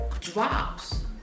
drops